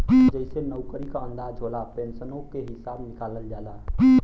जइसे नउकरी क अंदाज होला, पेन्सनो के हिसब निकालल जाला